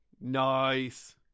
Nice